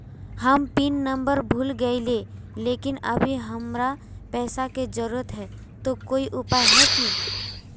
हम pin number भूल गेलिये लेकिन अभी हमरा पैसा के जरुरत है ते कोई उपाय है की?